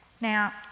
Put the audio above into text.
Now